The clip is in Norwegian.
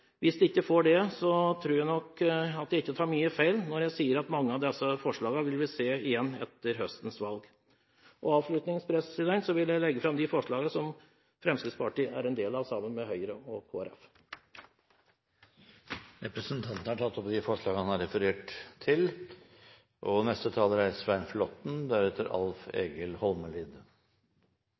Hvis de ikke får det, tror jeg nok at jeg ikke tar mye feil når jeg sier at mange av disse forslagene vil vi se igjen etter høstens valg. Avslutningsvis vil jeg ta opp de forslagene som Fremskrittspartiet fremmer sammen med Høyre og Kristelig Folkeparti. Representanten Per Roar Bredvold har tatt opp de forslagene han refererte til. La meg først få lov til